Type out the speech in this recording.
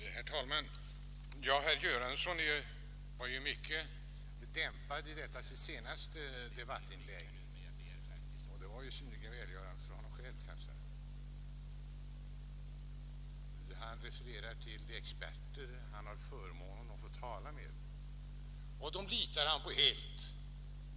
Herr talman! Herr Göransson var ju mycket dämpad i sitt senaste debattinlägg, och det var kanske synnerligen välgörande för honom själv. Han refererar till de experter han har haft förmånen att få tala med, och dem litar han på helt.